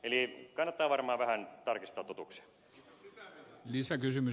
eli kannattaa varmaan vähän tarkistaa totuuksia